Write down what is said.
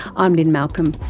i'm lynne malcolm,